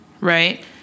right